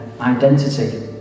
identity